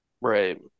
Right